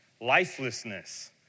lifelessness